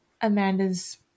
Amanda's